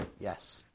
Yes